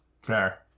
Fair